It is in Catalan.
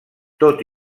tot